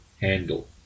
handle